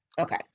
Okay